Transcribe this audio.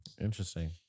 Interesting